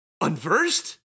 Unversed